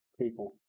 people